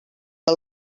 que